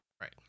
Right